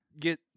get